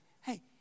hey